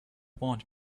want